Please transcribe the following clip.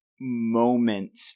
moment